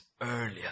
earlier